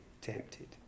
tempted